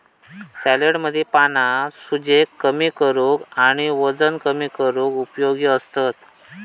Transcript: सॅलेडमधली पाना सूजेक कमी करूक आणि वजन कमी करूक उपयोगी असतत